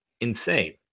insane